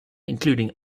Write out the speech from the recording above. including